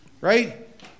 right